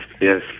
yes